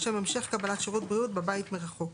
לשם המשך קבלת שירות בריאות בבית מרחוק,